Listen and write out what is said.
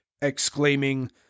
exclaiming